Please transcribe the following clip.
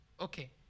okay